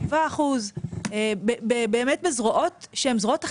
שבעה אחוזים באמת בזרועות שהן זרועות אחרות.